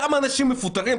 כמה אנשים מפוטרים?